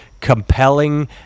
compelling